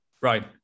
Right